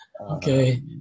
okay